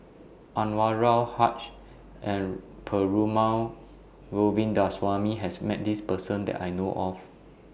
Anwarul Haque and Perumal Govindaswamy has Met This Person that I know of